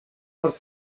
por